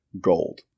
gold